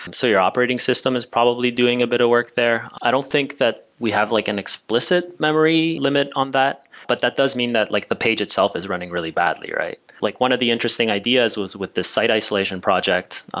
and so your operating system is probably doing a bit of work there. i don't think that we have like an explicit memory limit on that, but that does mean that like the page itself is running really badly, right? like one of the interesting ideas was with this site isolation project.